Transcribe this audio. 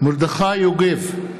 מרדכי יוגב,